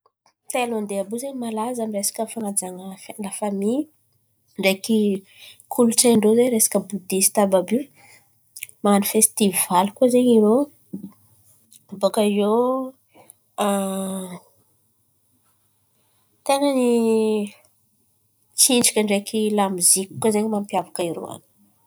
Tainlandy àby io zen̈y malaza amy resaka fan̈ajan̈a resaka lafamy, ndreky kolontsainy ndrô resaka bodisita àby io. Man̈ano festivaly koa zen̈y irô, baka iô ten̈a ny tsinjaka ndreky lamozika mampiavaka irô koa ato.